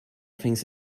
things